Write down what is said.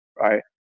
Right